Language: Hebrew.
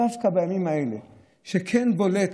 דווקא בימים האלה זה כן בולט,